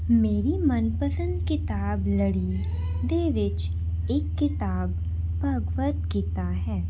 ਮੇਰੀ ਮਨਪਸੰਦ ਕਿਤਾਬ ਲੜੀ ਦੇ ਵਿੱਚ ਇੱਕ ਕਿਤਾਬ ਭਗਵਤ ਗੀਤਾ ਹੈ